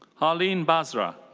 harleen basra.